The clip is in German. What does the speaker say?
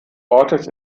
ortes